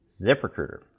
ZipRecruiter